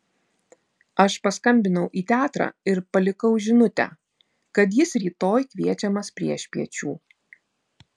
aš paskambinau į teatrą ir palikau žinutę kad jis rytoj kviečiamas priešpiečių